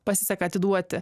pasiseka atiduoti